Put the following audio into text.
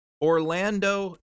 Orlando